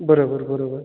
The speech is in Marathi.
बरोबर बरोबर